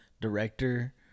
director